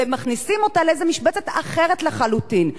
ומכניסים אותה לאיזו משבצת אחרת לחלוטין.